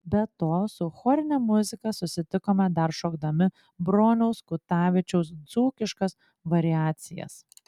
be to su chorine muzika susitikome dar šokdami broniaus kutavičiaus dzūkiškas variacijas